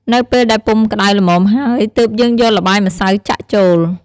នៅពេលដែលពុម្ពក្ដៅល្មមហើយ ទើបយើងយកល្បាយម្សៅចាក់ចូល។